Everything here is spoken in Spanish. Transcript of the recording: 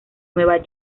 nueva